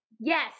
yes